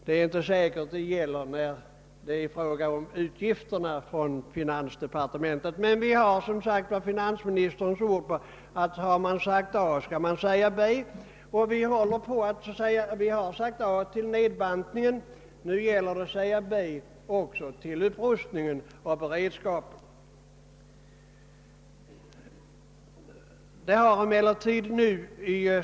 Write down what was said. Det är inte säkert att det gäller när det blir fråga om utgifterna för finansdepartementet. Men vi har som sagt finansministerns ord på att om man har sagt A skall man säga B. Vi har sagt A till nedbantningen. Nu gäller det också att säga B till upprustningen av beredskapen.